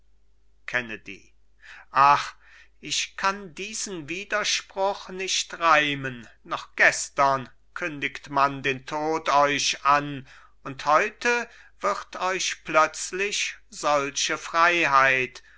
ach ich kann diesen widerspruch nicht reimen noch gestern kündigt man den tod euch an und heute wird euch plötzlich solche freiheit